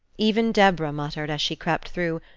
even deborah muttered, as she crept through,